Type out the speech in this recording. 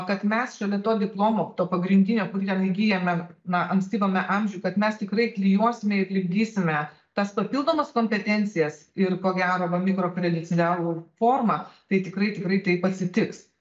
kad mes šalia to diplomo to pagrindinio kurį ten įgyjame na ankstyvame amžiuj kad mes tikrai klijuosime ir lipdysime tas papildomas kompetencijas ir ko gero va mikrokredencialų forma tai tikrai tikrai taip atsitiks